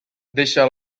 deixa